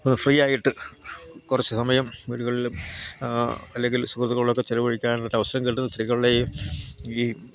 free ആയിട്ട് കുറച്ചു സമയം വീടുകളിലും അല്ലെങ്കിൽ സുഹൃത്തുക്കളോടൊക്കെ ചിലവഴിക്കാനുള്ള ഒരു അവസരം കിട്ടുന്ന സ്ത്രീകളുടെയും ഈ